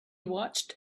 watched